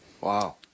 Wow